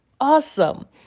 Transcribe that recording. awesome